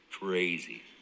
crazy